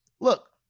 look